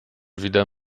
wieder